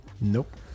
Nope